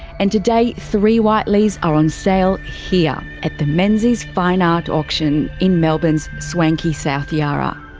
and today. three whiteleys are on sale here at the menzies fine art auction in melbourne's swanky south yarra.